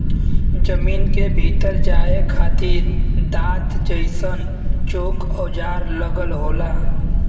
जमीन के भीतर जाये खातिर दांत जइसन चोक औजार लगल होला